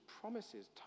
promises